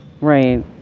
Right